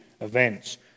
events